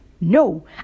No